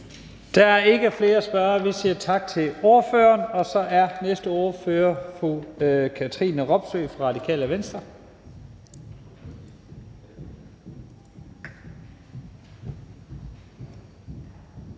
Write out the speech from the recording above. Der er ikke flere spørgere. Vi siger tak til ordføreren, og så er næste ordfører fru Katrine Robsøe fra Radikale Venstre.